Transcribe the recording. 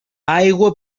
aigua